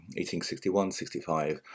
1861-65